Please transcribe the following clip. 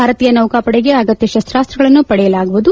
ಭಾರತೀಯ ನೌಕಾಪಡೆಗೆ ಅಗತ್ಯ ಶಸ್ತಾಸ್ತಗಳನ್ನು ಪಡೆಯಲಾಗುವುದು